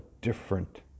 different